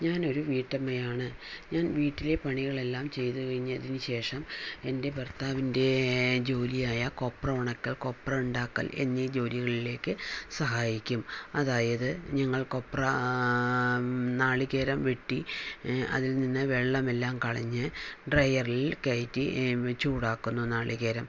ഞാനൊരു വീട്ടമ്മയാണ് ഞാൻ വീട്ടിലെ പണികളെല്ലാം ചെയ്തുകഴിഞ്ഞതിനു ശേഷം എൻ്റെ ഭർത്താവിൻ്റെ ജോലിയായ കൊപ്ര ഉണക്കൽ കൊപ്ര ഉണ്ടാക്കൽ എന്നീ ജോലികളിലേക്ക് സഹായിക്കും അതായത് ഞങ്ങൾ കൊപ്ര നാളികേരം വെട്ടി അതിൽ നിന്ന് വെള്ളം എല്ലാം കളഞ്ഞ് ഡ്രൈയറിൽ കയറ്റി ചൂടാക്കുന്നു നാളികേരം